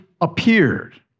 appeared